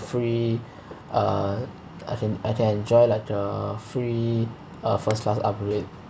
free uh as in I can enjoy like a free uh first class upgrade